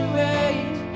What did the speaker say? wait